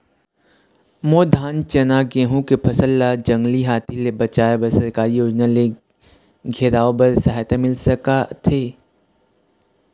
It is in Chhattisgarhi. मोर धान चना गेहूं के फसल ला जंगली हाथी ले बचाए बर सरकारी योजना ले घेराओ बर सहायता मिल सका थे?